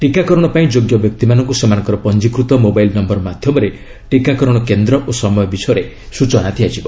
ଟୀକାକରଣ ପାଇଁ ଯୋଗ୍ୟ ବ୍ୟକ୍ତିମାନଙ୍କୁ ସେମାନଙ୍କର ପଞ୍ଜୀକୃତ ମୋବାଇଲ୍ ନୟର ମାଧ୍ୟମରେ ଟୀକାକରଣ କେନ୍ଦ୍ର ଓ ସମୟ ବିଷୟରେ ସ୍ୱଚନା ଦିଆଯିବ